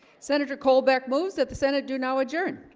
senator colbeck moves that the senate do now adjourn